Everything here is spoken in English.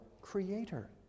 Creator